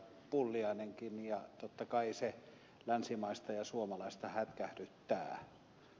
pulliainenkin ja totta kai se länsimaista ja suomalaista hätkähdyttää